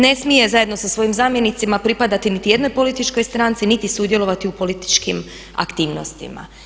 Ne smije zajedno sa svojim zamjenicima pripadati niti jednoj političkoj stranci, niti sudjelovati u političkim aktivnostima.